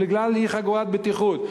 בגלל אי-חגורת בטיחות.